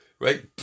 right